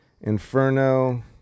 Inferno